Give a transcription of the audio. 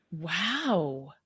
Wow